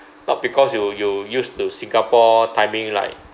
uh because you you used to singapore timing like